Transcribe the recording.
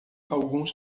alguns